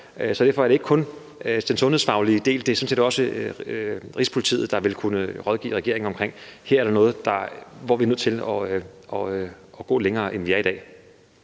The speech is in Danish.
er det ikke kun det sundhedsfaglige, der kan rådgive, men det er sådan set også Rigspolitiet, der vil kunne rådgive regeringen om, hvor vi er nødt til at gå længere, end vi gør i dag.